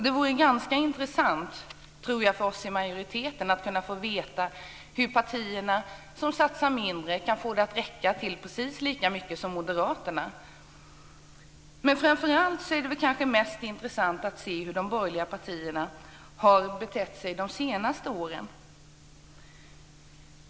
Det vore ganska intressant för oss i majoriteten att få veta hur partierna som satsar mindre kan få det att räcka till precis lika mycket som Mest intressant är dock att se hur de borgerliga partierna har betett sig de senaste åren.